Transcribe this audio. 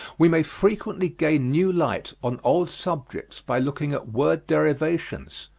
we may frequently gain new light on old subjects by looking at word-derivations.